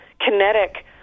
kinetic